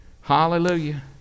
Hallelujah